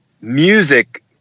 music